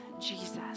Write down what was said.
Jesus